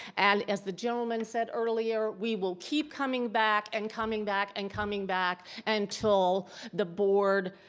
and as the gentleman said earlier, we will keep coming back and coming back and coming back until the board